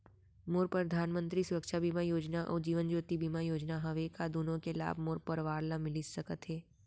मोर परधानमंतरी सुरक्षा बीमा योजना अऊ जीवन ज्योति बीमा योजना हवे, का दूनो के लाभ मोर परवार ल मिलिस सकत हे?